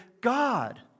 God